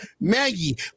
maggie